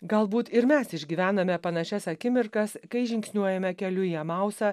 galbūt ir mes išgyvename panašias akimirkas kai žingsniuojame keliu į emausą